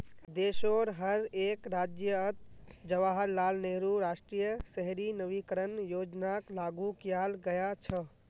देशोंर हर एक राज्यअत जवाहरलाल नेहरू राष्ट्रीय शहरी नवीकरण योजनाक लागू कियाल गया छ